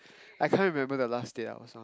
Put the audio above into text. I can't remember the last date I was on